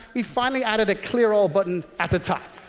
we've finally added a clear all button at the top.